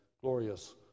glorious